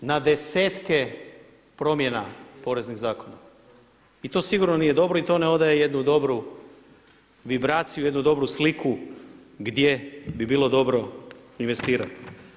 Na desetke promjena poreznih zakona i to sigurno nije dobro i to ne odaje jednu dobru vibraciju, jednu dobru sliku gdje bi bilo dobro investirati.